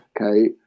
okay